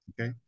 Okay